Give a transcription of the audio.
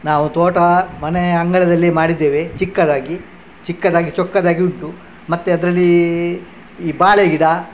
ನಾವು ತೋಟ ಮನೆಯ ಅಂಗಳದಲ್ಲಿ ಮಾಡಿದ್ದೇವೆ ಚಿಕ್ಕದಾಗಿ ಚಿಕ್ಕದಾಗಿ ಚೊಕ್ಕದಾಗಿ ಉಂಟು ಮತ್ತೆ ಅದರಲ್ಲಿ ಈ ಬಾಳೆ ಗಿಡ